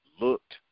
looked